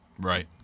right